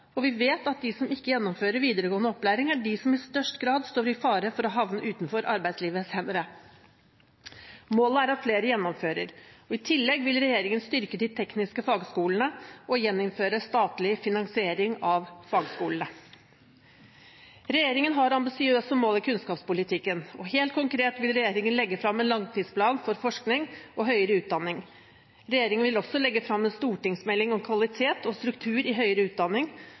og vi vet at de som ikke gjennomfører videregående opplæring, er de som i størst grad står i fare for å havne utenfor arbeidslivet senere. Målet er at flere gjennomfører. I tillegg vil regjeringen styrke de tekniske fagskolene og gjeninnføre statlig finansiering av fagskolene. Regjeringen har ambisiøse mål i kunnskapspolitikken, og helt konkret vil regjeringen legge frem en langtidsplan for forskning og høyere utdanning. Regjeringen vil også legge frem en stortingsmelding om kvalitet og struktur i høyere utdanning.